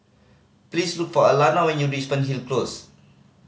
please look for Alannah when you reach Fernhill Close